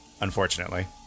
Unfortunately